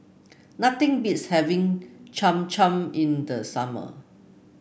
nothing beats having Cham Cham in the summer